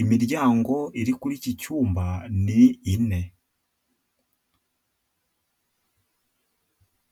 imiryango iri kuri iki cyumba ni ine.